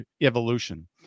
evolution